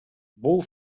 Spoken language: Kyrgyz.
бул